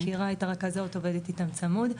שמכירה את הרכזות, עובדת איתן צמוד.